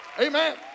Amen